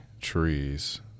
trees